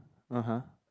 (uh huh)